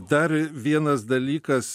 dar vienas dalykas